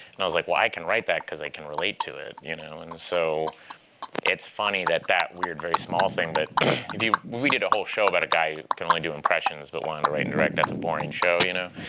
and i was like, well, i can write that because i can relate to it, you know? and so it's funny that that weird very small thing but we we did a whole show about a guy can only do impressions, but wanted to write and direct. that's a boring show, you know?